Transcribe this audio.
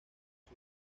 sus